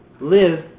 live